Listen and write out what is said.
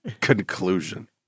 conclusion